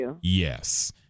Yes